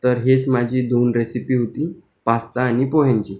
तर हेच माझी दोन रेसिपी होती पास्ता आणि पोह्यांची